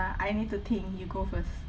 I need to think you go first